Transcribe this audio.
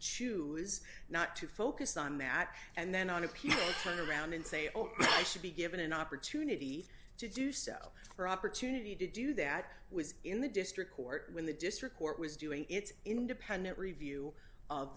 choose not to focus on that and then on a peace plan around and say ok i should be given an opportunity to do so for opportunity to do that was in the district court when the district court was doing its independent review of